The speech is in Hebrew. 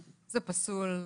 זה פסול.